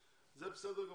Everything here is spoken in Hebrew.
זה בסדר גמור,